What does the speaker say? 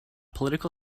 political